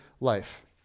life